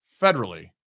federally